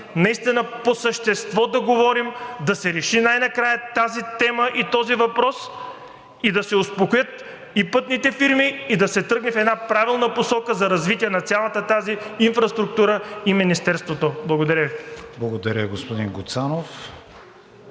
наистина по същество да говорим, да се реши най-накрая тази тема и този въпрос, да се успокоят и пътните фирми и да се тръгне в една правилна посока за развитие на цялата тази инфраструктура, и Министерството. Благодаря Ви. ПРЕДСЕДАТЕЛ.